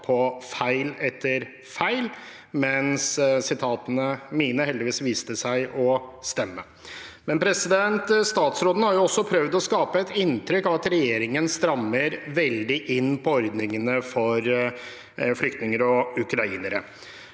på feil etter feil, mens sitatene mine heldigvis viste seg å stemme. Statsråden har også prøvd å skape et inntrykk av at regjeringen strammer veldig inn på ordningene for flyktninger og ukrainere.